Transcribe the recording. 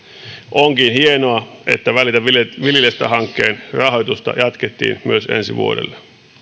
onkin hienoa että välitä viljelijästä hankkeen rahoitusta jatkettiin myös ensi vuodelle